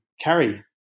carry